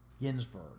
Ginsburg